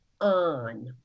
on